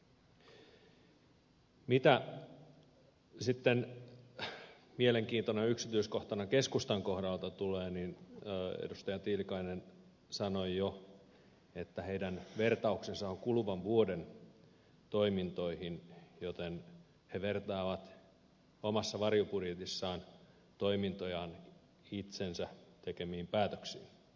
mitä sitten mielenkiintoisena yksityiskohtana keskustan kohdalta tulee niin edustaja tiilikainen sanoi jo että heidän vertauksensa on kuluvan vuoden toimintoihin joten he vertaavat omassa varjobudjetissaan toimintojaan itse tekemiinsä päätöksiin mielenkiintoista